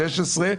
גם ב-2016,